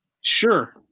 sure